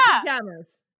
pajamas